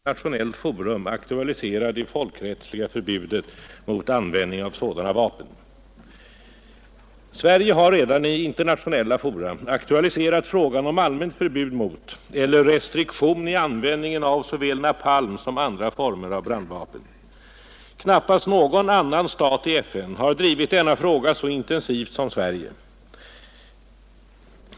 Fru talman! Herr Takman har i en interpellation frågat mig om USA:s massiva användning av napalm och andra brandvapen i Indokina utgör skäl för regeringen att inför internationellt forum aktualisera det folkrättsliga förbudet mot användning av sådana vapen. Sverige har redan i internationella fora aktualiserat frågan om allmänt förbud mot eller restriktioner i användning av såväl napalm som andra brandvapen. Knappast någon annan stat i FN har drivit denna fråga så intensivt som Sverige.